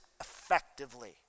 effectively